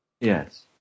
yes